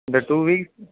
இந்த two week